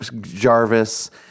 Jarvis